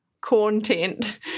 content